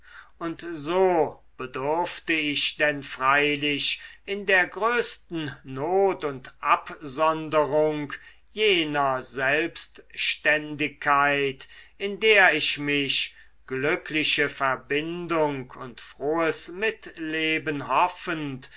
und so bedurfte ich denn freilich in der größten not und absonderung jener selbstständigkeit in der ich mich glückliche verbindung und frohes mitleben hoffend